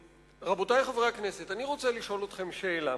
רבותי חברי הכנסת, אני רוצה לשאול אתכם שאלה.